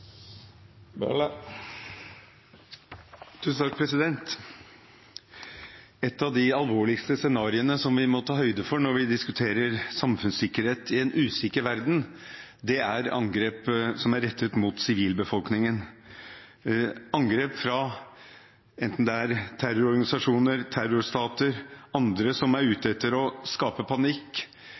Et av de alvorligste scenarioene som vi må ta høyde for når vi diskuterer samfunnssikkerhet i en usikker verden, er angrep som er rettet mot sivilbefolkningen, angrep fra enten terrororganisasjoner, terrorstater eller andre som er ute etter å skape panikk